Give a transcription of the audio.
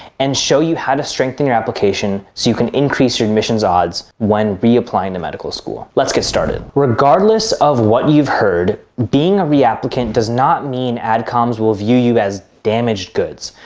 and show you how to strengthen your application so you can increase your admissions odds when reapplying to medical school. let's get started. regardless of what you've heard, being a reapplicant does not mean adcoms will view you as damaged goods.